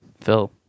Phil